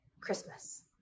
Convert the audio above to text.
Christmas